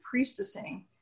priestessing